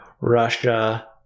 Russia